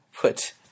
put